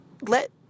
let